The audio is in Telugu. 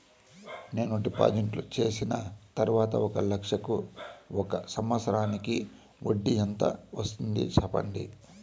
నేను డిపాజిట్లు చేసిన తర్వాత ఒక లక్ష కు ఒక సంవత్సరానికి వడ్డీ ఎంత వస్తుంది? సెప్పండి?